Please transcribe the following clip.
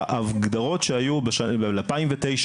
ההגדרות שהיו ב-2009,